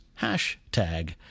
hashtag